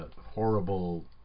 horrible